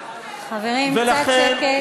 חברים, קצת שקט.